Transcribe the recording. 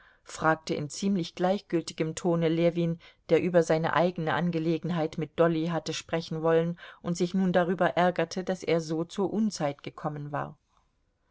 fragte in ziemlich gleichgültigem tone ljewin der über seine eigene angelegenheit mit dolly hatte sprechen wollen und sich nun darüber ärgerte daß er so zur unzeit gekommen war